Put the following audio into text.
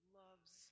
loves